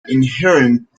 inherent